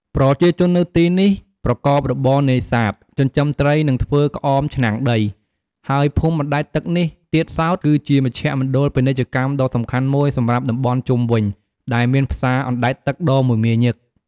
ប្រជាជននៅទីនេះប្រកបរបរនេសាទ ចិញ្ចឹមត្រី និងធ្វើក្អមឆ្នាំងដី ហើយភូមិបណ្ដែតទឹកនេះទៀតសោត គឺជាមជ្ឈមណ្ឌលពាណិជ្ជកម្មដ៏សំខាន់មួយសម្រាប់តំបន់ជុំវិញ ដែលមានផ្សារអណ្ដែតទឹកដ៏មមាញឹក។